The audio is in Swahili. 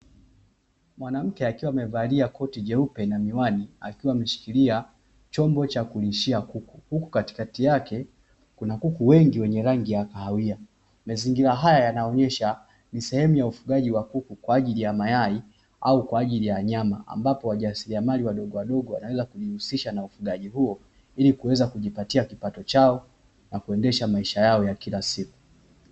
Mwanamke akiwa amevalia koti jeupe na miwani, akiwa ameshikilia chombo cha kulishia kuku, huku katikati yake kuna kuku wengi wenye rangi ya kahawia, mazingira haya yanaonesha ni sehemu ya ufugaji wa kuku kwa ajili ya mayai, au kwa ajili ya ya nyama, ambapo wajasiliamali wadogowadogo wanaweza kujihusisha na ufugaji huo ili kuweza kuweza kujipatia kipato chao, na kuendesha maisha yao ya kila siku.